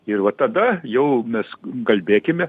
ir va tada jau mes kalbėkime